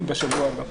בשבוע הבא.